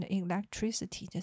electricity